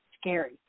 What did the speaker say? scary